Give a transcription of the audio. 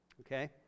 Okay